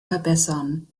verbessern